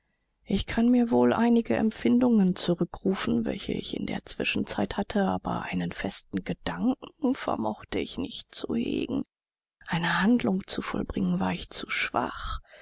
ich kann mir wohl einige empfindungen zurückrufen welche ich in der zwischenzeit hatte aber einen festen gedanken vermochte ich nicht zu hegen eine handlung zu vollbringen war ich zu schwach